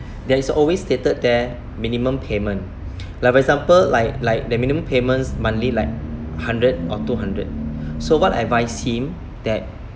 there is always stated there minimum payment like for example like like the minimum payments monthly like hundred or two hundred so what I advise him that